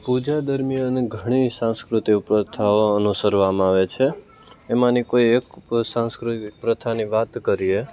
પૂજા દરમિયાન ઘણી સાંસ્કૃતિક પ્રથાઓ અનુસરવામાં આવે છે એમાંની કોઈ એક સાંસ્કૃતિક પ્રથાની વાત કરીએ